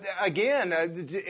again